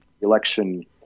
election